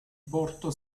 porto